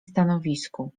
stanowisku